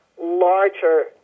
larger